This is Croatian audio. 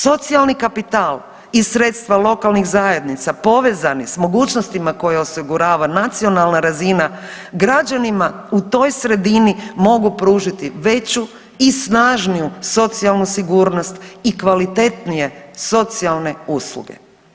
Socijalni kapital i sredstva lokalnih zajednica povezani s mogućnostima koje osigurava nacionalna razina građanima u toj sredini mogu pružiti veću i snažniju socijalnu sigurnost i kvalitetnije socijalne usluge.